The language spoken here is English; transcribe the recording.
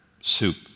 soup